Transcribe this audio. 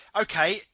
okay